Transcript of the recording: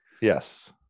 Yes